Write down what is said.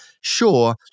Sure